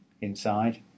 inside